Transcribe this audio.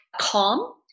calm